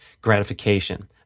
gratification